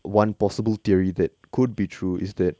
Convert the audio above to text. one possible theory that could be true is that